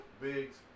Biggs